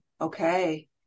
okay